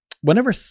whenever